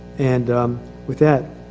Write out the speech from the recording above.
and with that.